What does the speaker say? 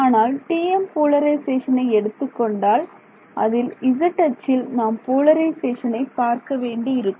ஆனால் TM போலரிசேஷனை எடுத்துக்கொண்டால் அதில் Z அச்சில் நாம் போலரிசேஷனை பார்க்க வேண்டி இருக்கும்